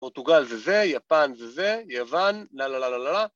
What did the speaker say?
פורטוגל זה זה, יפן זה זה, יוון, לא, לא, לא, לא, לא, לא.